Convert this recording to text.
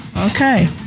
Okay